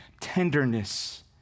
tenderness